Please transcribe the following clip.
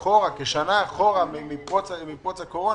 כשנה אחורה ממועד פרוץ הקורונה,